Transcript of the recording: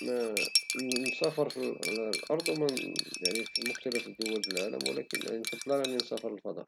ما - نسافر في الأرض يعني في مختلف دول العالم على أنني نسافر للفضاء.